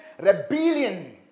rebellion